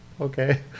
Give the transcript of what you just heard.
Okay